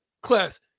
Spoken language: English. class